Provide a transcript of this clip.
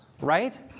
right